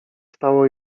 stało